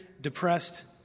depressed